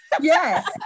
Yes